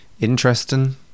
interesting